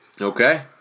Okay